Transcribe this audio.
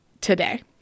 today